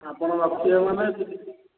ଆପଣ ରଖିବେ ମାନେ